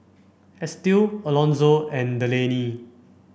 Estie Alonso and Delaney